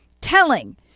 Telling